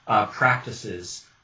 practices